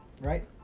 right